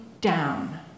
down